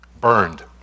burned